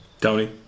Tony